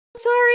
sorry